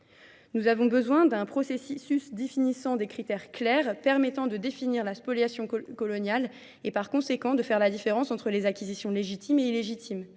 Nous avons besoin d'un processus définissant des critères clairs permettant de définir la spoliation coloniale et par conséquent de faire la différence entre les acquisitions légitimes et illégitimes.